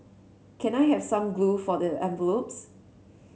can I have some glue for the envelopes